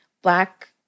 Black